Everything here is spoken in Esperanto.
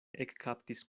ekkaptis